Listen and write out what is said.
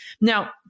Now